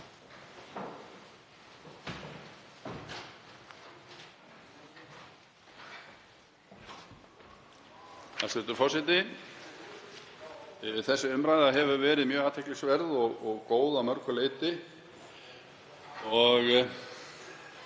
Þessi umræða hefur verið mjög athyglisverð og góð að mörgu leyti og